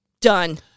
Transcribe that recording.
done